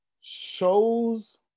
shows